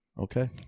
Okay